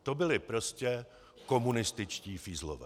To byli prostě komunističtí fízlové.